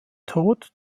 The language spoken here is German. tod